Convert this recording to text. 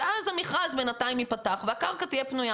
ואז המכרז בינתיים ייפתח והקרקע תהיה פנויה.